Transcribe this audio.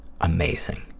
amazing